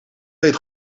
weet